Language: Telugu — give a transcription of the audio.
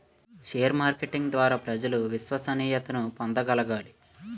షేర్ మార్కెటింగ్ ద్వారా ప్రజలు విశ్వసనీయతను పొందగలగాలి